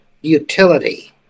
utility